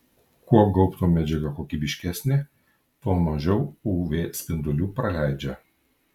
kuo gaubto medžiaga kokybiškesnė tuo mažiau uv spindulių praleidžia